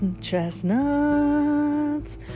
Chestnuts